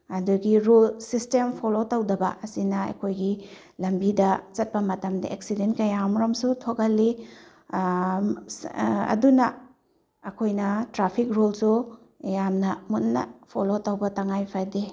ꯑꯗꯨꯗꯒꯤ rule system follow ꯇꯧꯗꯕ ꯑꯁꯤꯅ ꯑꯩꯈꯣꯏꯒꯤ ꯂꯝꯕꯤꯗ ꯆꯠꯄ ꯃꯇꯝꯗ ꯑꯦꯛꯁꯤꯗꯦꯟ ꯀꯌꯥ ꯑꯃꯔꯣꯝꯁꯨ ꯊꯣꯛꯍꯜꯂꯤ ꯑꯗꯨꯅ ꯑꯩꯈꯣꯏꯅ ꯇꯔꯥꯐꯤꯛ ꯔꯨꯜꯁꯨ ꯌꯥꯝꯅ ꯃꯨꯟꯅ ꯐꯣꯂꯣ ꯇꯧꯕ ꯇꯉꯥꯏ ꯐꯗꯦ